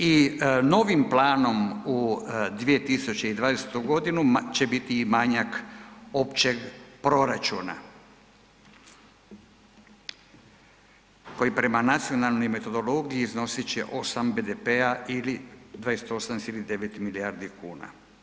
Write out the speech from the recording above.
I novim planom u 2020.godini će biti manjak općeg proračuna kojoj prema nacionalnoj metodologiji iznosit će 8 BDP-a ili 28,9 milijardi kuna.